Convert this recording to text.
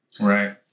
Right